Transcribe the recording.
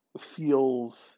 feels